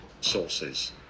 sources